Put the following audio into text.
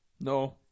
No